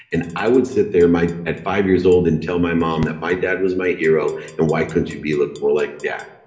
and i would sit there at five years old and tell my mom that my dad was my hero and why couldn't you be like more like dad?